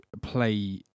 play